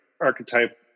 archetype